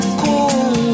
cool